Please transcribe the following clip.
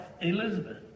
Elizabeth